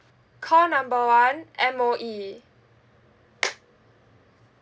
call number one M_O_E